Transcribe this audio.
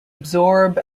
absorb